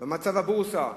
ממצב הבורסה,